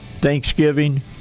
Thanksgiving